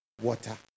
water